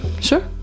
sure